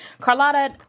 Carlotta